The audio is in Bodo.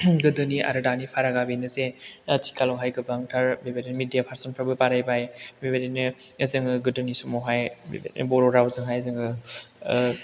गोदोनि आरो दानि फारागा बेनो जे आथिखालावहाय गोबांथार बेबादिनो मिदिया पारसनफ्राबो बारायबाय बेबायदिनो जों गोदोनि समावहाय बर' रावजोंहाय जों